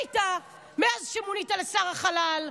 מה עשית מאז שמונית לשר החלל?